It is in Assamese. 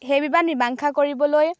সেই বিবাদ মীমাংসা কৰিবলৈ